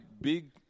big